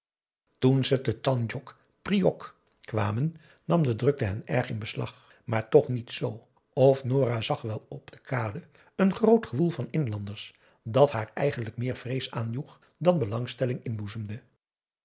te tandjong priok kwamen nam de drukte hen erg in beslag maar toch niet z of nora zag wel op de kade een groot gewoel van inlanders dat haar eigenlijk meer vrees aanjoeg dan belangstelling